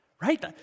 right